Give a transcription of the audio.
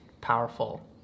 powerful